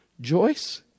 Joyce